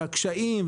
והקשיים,